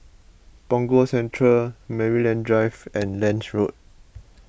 Punggol Central Maryland Drive and Lange Road